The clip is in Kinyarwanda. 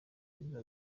perezida